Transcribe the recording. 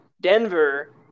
Denver